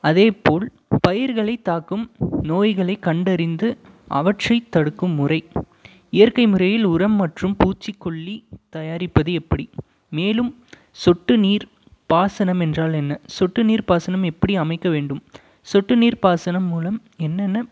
அதேப்போல் பயிர்களை தாக்கும் நோய்களை கண்டறிந்து அவற்றை தடுக்கும் முறை இயற்கை முறையில் உரம் மற்றும் பூச்சிக்கொல்லி தயாரிப்பது எப்படி மேலும் சொட்டு நீர் பாசனம் என்றால் என்ன சொட்டு நீர் பாசனம் எப்படி அமைக்க வேண்டும் சொட்டு நீர் பாசனம் மூலம் என்னென்ன